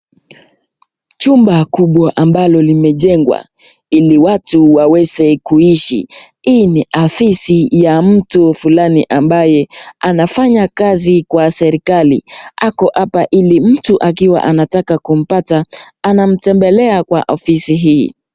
Chumba kubwa ambalo limejengwa ili watu waweze kuishi, hii ni afisi ya mtu fulani ambaye anafanya kazi kwa serikali, ako hapa ili mtu akiwa anataka kumpata anamtembelea kwa ofisi hii.